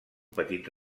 petit